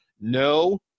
No